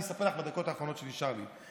אני אספר לך בדקות האחרונות שנשארו לי.